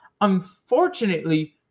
Unfortunately